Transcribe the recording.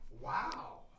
Wow